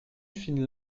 fine